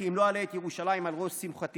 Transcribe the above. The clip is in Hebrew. אם לא אעלה את ירושלם על ראש שמחתי".